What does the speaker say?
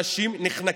בינתיים האנשים נחנקים.